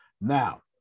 Now